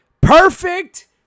perfect